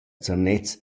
zernez